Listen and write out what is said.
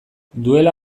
duela